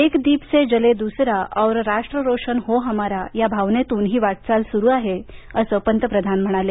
एक दीप से जले दुसरा और राष्ट्र रोशन हो हमारा या भावनेतून ही वाटचाल सुरू आहे असं पंतप्रधान म्हणाले